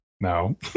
no